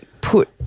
put